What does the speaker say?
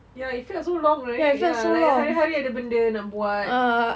ya it felt so long right ya like hari-hari ada benda nak buat